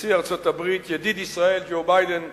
נשיא ארצות-הברית, ידיד ישראל ג'ו ביידן אצלנו,